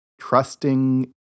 trusting